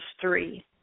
three